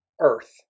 Earth